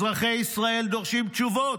אזרחי ישראל דורשים תשובות